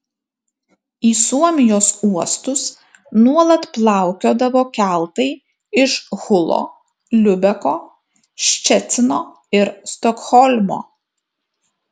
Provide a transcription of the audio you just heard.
į suomijos uostus nuolat plaukiodavo keltai iš hulo liubeko ščecino ir stokholmo